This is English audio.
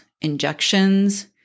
injections